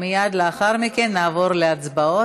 ומייד לאחר מכן נעבור להצבעות.